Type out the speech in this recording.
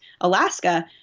Alaska